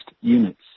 units